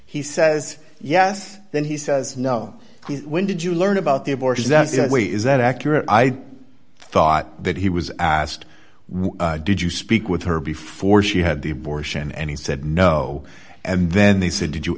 he says yes then he says no when did you learn about the abortions that's the way is that accurate i thought that he was asked why did you speak with her before she had the abortion and he said no and then they said did you